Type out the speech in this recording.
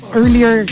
earlier